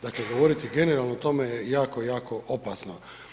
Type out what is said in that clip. Dakle, govoriti generalno o tome, je jako, jako opasno.